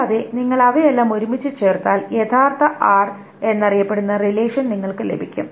കൂടാതെ നിങ്ങൾ അവയെല്ലാം ഒരുമിച്ച് ചേർത്താൽ യഥാർത്ഥ r എന്നറിയപ്പെടുന്ന റിലേഷൻ നിങ്ങൾക്ക് ലഭിക്കും